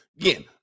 Again